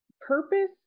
purpose